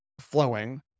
flowing